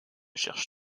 cherche